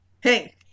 Hey